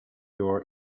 door